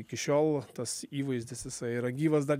iki šiol tas įvaizdis jisai yra gyvas dar